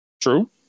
True